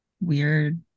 weird